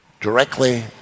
Directly